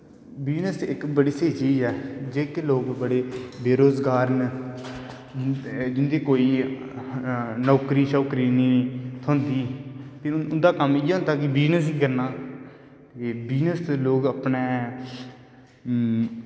business इक बड़ी स्हेई चीज़ ऐ जेह्के लोग बड़े बेरोजगार न जिनें कोई नौकरीनेंई थ्होंदी उंदा कम्म इयै होंदा कि बिजनस इ करनां बिजनस ते लोग अपनैं